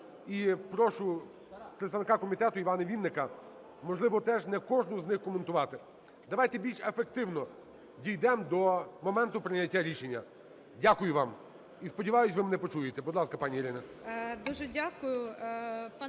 І прошу представника комітету Івана Вінника, можливо, теж не кожну з них коментувати. Давайте більш ефективно дійдемо до моменту прийняття рішення. Дякую вам. І, сподіваюсь, ви мене почуєте. Будь ласка, пані Ірина.